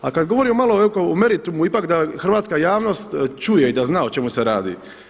A kada govorimo malo o meritumu ipak da hrvatska javnost čuje i da zna o čemu se radi.